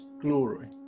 glory